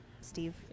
Steve